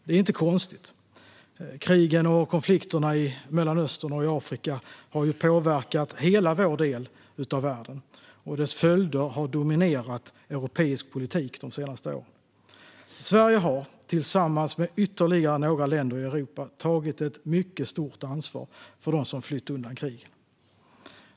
Det är inte konstigt - krigen och konflikterna i Mellanöstern och i Afrika har ju påverkat hela vår del av världen, och deras följder har dominerat europeisk politik de senaste åren. Sverige har tillsammans med ytterligare några länder i Europa tagit ett mycket stort ansvar för dem som flytt undan krig.